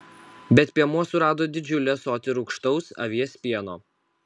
bet piemuo surado didžiulį ąsotį rūgštaus avies pieno